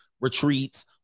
retreats